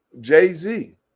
Jay-Z